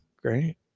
great